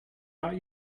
out